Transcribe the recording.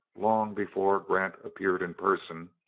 long before grant appeared in person,